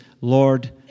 Lord